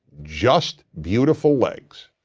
just beautiful legs.